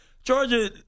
Georgia